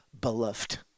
beloved